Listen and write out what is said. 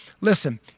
Listen